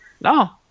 No